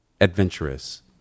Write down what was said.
adventurous